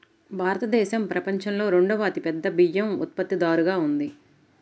భారతదేశం ప్రపంచంలో రెండవ అతిపెద్ద బియ్యం ఉత్పత్తిదారుగా ఉంది